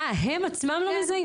אה, הם עצמם לא מזהים?